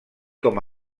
com